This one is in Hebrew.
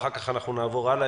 ואחר כך נעבור הלאה,